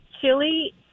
chili